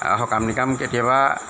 সকাম নিকাম কেতিয়াবা